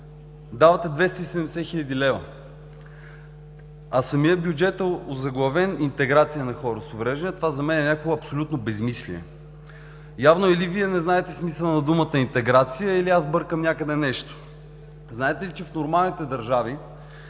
давате 270 хил. лв., а самият бюджет е озаглавен „Интеграция на хора с увреждания“. Това за мен е някакво абсолютно безсмислие. Явно или Вие не знаете смисълът на думата „интеграция“, или аз бъркам някъде нещо. Знаете ли, че в нормалните държави